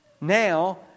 Now